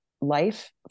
life